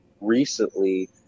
recently